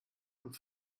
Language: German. und